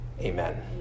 Amen